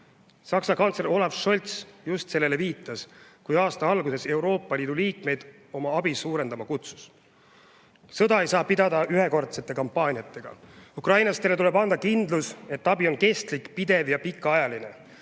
Saksa kantsler Olaf Scholz just sellele viitas, kui aasta alguses Euroopa Liidu liikmeid oma abi suurendama kutsus. Sõda ei saa pidada ühekordsete kampaaniatega. Ukrainlastele tuleb anda kindlus, et abi on kestlik, pidev ja pikaajaline.